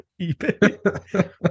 eBay